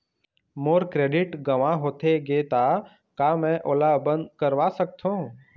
मोर credit गंवा होथे गे ता का मैं ओला बंद करवा सकथों?